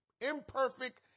imperfect